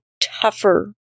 tougher